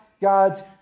God's